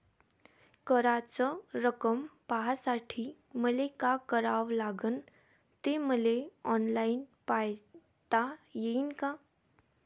कराच रक्कम पाहासाठी मले का करावं लागन, ते मले ऑनलाईन पायता येईन का?